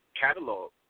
catalog